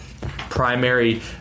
primary